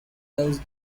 gloves